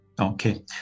Okay